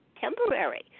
temporary